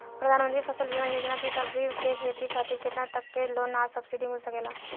प्रधानमंत्री फसल बीमा योजना से सब्जी के खेती खातिर केतना तक के लोन आ सब्सिडी मिल सकेला?